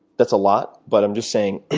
that's a lot but i'm just saying